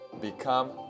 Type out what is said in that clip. become